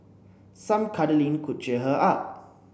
some cuddling could cheer her up